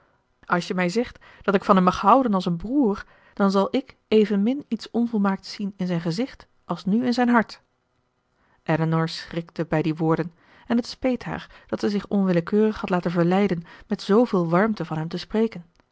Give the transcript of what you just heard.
als je mij zegt dat ik van hem mag houden als een broer dan zal ik evenmin iets onvolmaakts zien in zijn gezicht als nu in zijn hart elinor schrikte bij die woorden en t speet haar dat ze zich onwillekeurig had laten verleiden met zooveel warmte van hem te spreken